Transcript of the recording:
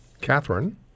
Catherine